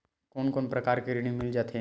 कोन कोन प्रकार के ऋण मिल जाथे?